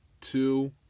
two